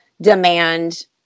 demand